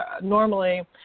normally